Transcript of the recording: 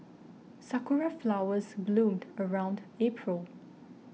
sakura flowers bloomed around April